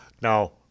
no